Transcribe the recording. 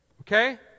Okay